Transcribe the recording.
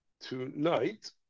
tonight